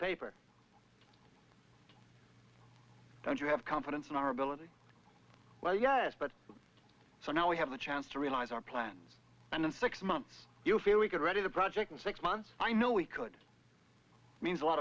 paper and you have confidence in our ability well yes but so now we have a chance to realize our plans and in six months you feel we could ready the project in six months i know we could means a lot